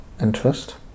interest